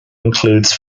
includes